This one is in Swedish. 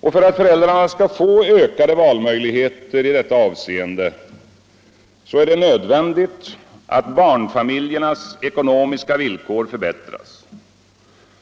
Och för att föräldrarna skall få ökade valmöjligheter i detta avseende är det nödvändigt att barnfamiljernas ekonomiska villkor förbättras,